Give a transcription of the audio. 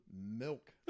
milk